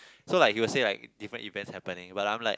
so like he would say like different events happening but I'm like